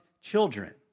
children